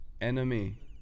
enemy